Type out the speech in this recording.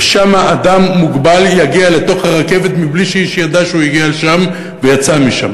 ושם אדם מוגבל יגיע לתוך הרכבת בלי שאיש ידע שהוא הגיע לשם ויצא משם.